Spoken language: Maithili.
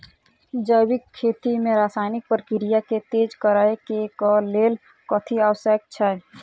जैविक खेती मे रासायनिक प्रक्रिया केँ तेज करै केँ कऽ लेल कथी आवश्यक छै?